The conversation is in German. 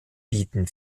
bieten